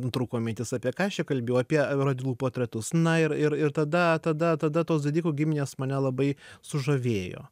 nutrūko mintis apie ką aš čia kalbėjau apie radvilų portretus na ir ir tada tada tada tos didikų giminės mane labai sužavėjo